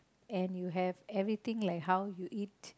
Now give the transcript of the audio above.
and you have everything like how you eat